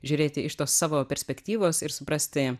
žiūrėti iš tos savo perspektyvos ir suprasti